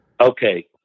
Okay